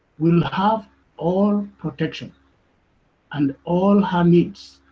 will have all protection and all her needs,